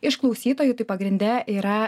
iš klausytojų tai pagrinde yra